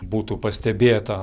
būtų pastebėta